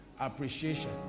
appreciation